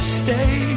stay